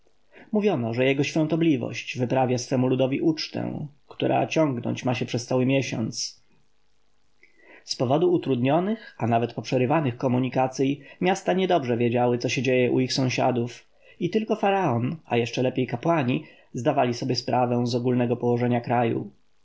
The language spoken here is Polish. mówiono że jego świątobliwość wyprawia swemu ludowi ucztę która ciągnąć się ma przez cały miesiąc z powodu utrudnionych a nawet poprzerywanych komunikacyj miasta niedobrze wiedziały co się dzieje u ich sąsiadów i tylko faraon a jeszcze lepiej kapłani zdawali sobie sprawę z ogólnego położenia kraju